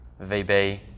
VB